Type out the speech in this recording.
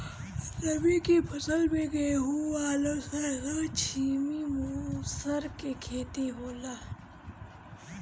रबी के फसल में गेंहू, आलू, सरसों, छीमी, मसूर के खेती होला